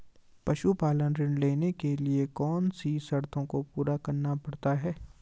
पशुपालन ऋण लेने के लिए कौन सी शर्तों को पूरा करना पड़ता है?